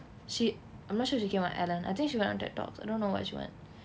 she I'm not sure if she came on ellen I think she went on ted talks I don't know what she went